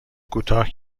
کوتاه